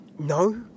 No